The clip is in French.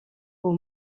aux